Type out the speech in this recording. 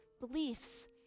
beliefs